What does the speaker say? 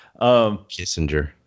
Kissinger